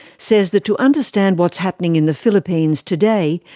says that to understand what's happening in the philippines today,